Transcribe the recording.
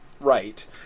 right